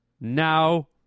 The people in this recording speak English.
Now